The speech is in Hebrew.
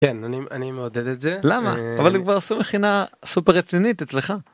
כן אני מעודד את זה למה אני כבר עשו מכינה סופר רצינית אצלך.